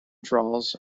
draws